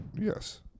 Yes